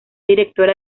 directora